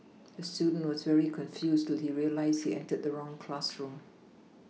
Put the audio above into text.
the student was very confused he realised he entered the wrong classroom